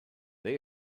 they